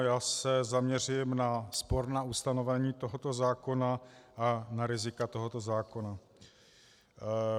Já se zaměřím na sporná ustanovení tohoto zákona a na rizika tohoto zákona.